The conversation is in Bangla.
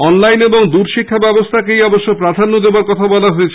অনলাইন ও দূরশিক্ষা ব্যবস্থাকেই অবশ্য প্রাধান্য দেওয়ার কথা বলা হয়েছে